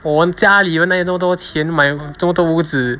我们家里人哪里有这么多钱买这么多屋子